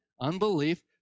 Unbelief